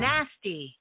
Nasty